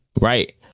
Right